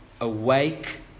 Awake